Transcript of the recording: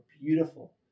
beautiful